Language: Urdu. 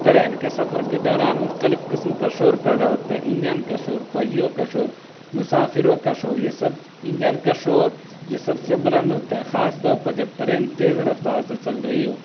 ٹرین کے سفر کے دوران مختلف قسم کا شور پیدا ہوتا ہے انجن کا شور پہیوں کا شور مسافروں کا شور یہ سب انجن کا شور یہ سب سے بلند ہوتا ہے خاص طور پر جب ٹرین تیز رفتار سے چل رہی ہو